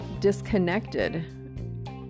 disconnected